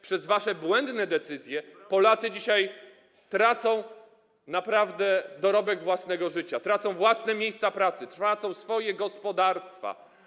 Przez wasze błędne decyzje Polacy dzisiaj naprawdę tracą dorobek własnego życia, tracą własne miejsca pracy, tracą swoje gospodarstwa.